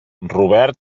robert